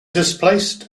displaced